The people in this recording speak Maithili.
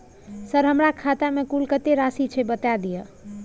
सर हमरा खाता में कुल कत्ते राशि छै बता दिय?